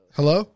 Hello